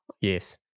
yes